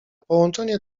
połączenie